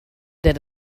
that